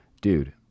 dude